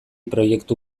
proiektu